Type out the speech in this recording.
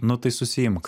nu tai susiimk